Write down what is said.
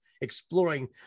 exploring